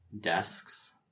desks